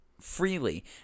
freely